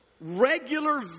regular